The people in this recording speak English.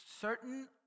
certain